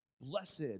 Blessed